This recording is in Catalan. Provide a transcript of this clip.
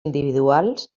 individuals